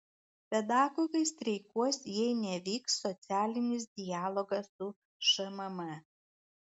pedagogai streikuos jei nevyks socialinis dialogas su šmm